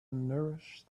nourish